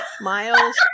Miles